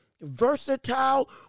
versatile